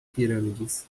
pirâmides